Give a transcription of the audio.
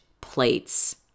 plates